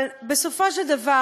אבל בסופו של דבר,